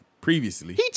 previously